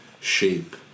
shape